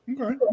Okay